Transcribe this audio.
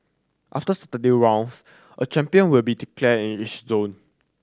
after Saturday rounds a champion will be declared in each zone